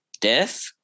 death